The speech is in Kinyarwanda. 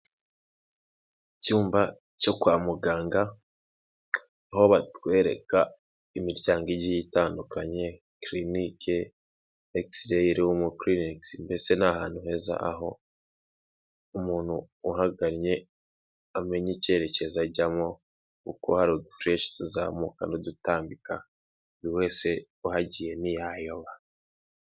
Icyumba cyo kwa muganga aho batwereka imiryango igiye itandukanye, Kirinike, Ekisireyi rumu kirinikisi. Mbese ni ahantu heza, aho umuntu uhagannye amenya icyerekezo ajyamo, kuko hari udu fureshi tuzamuka n'dutambika. Buri wese uhagiye ntiyayoba.